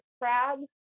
crabs